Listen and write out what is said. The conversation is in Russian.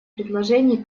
предложений